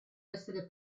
essere